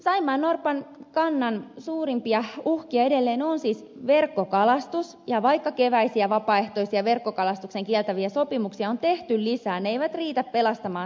saimaannorpan kannan suurimpia uhkia edelleen on siis verkkokalastus ja vaikka keväisiä vapaaehtoisia verkkokalastuksen kieltäviä sopimuksia on tehty lisää ne eivät riitä pelastamaan saimaannorppaa